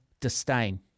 disdain